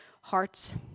hearts